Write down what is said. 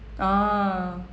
ah